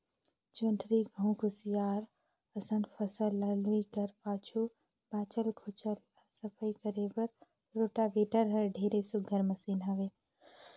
जोंधरी, गहूँ, कुसियार असन फसल ल लूए कर पाछू बाँचल खुचल ल सफई करे बर रोटावेटर हर ढेरे सुग्घर मसीन हवे